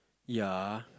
ya